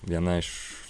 viena iš